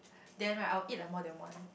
then right I will eat like more than one